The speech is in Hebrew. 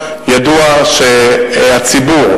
ידוע שהציבור